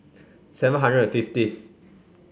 seven hundred and fiftieth